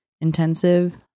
intensive